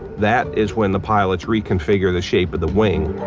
that is when the pilots reconfigure the shape of the wing,